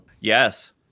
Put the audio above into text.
Yes